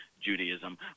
Judaism